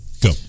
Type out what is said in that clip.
Go